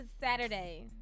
Saturday